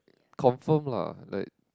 confirm lah like